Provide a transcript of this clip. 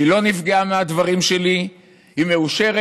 היא לא נפגעה מהדברים שלי, היא מאושרת.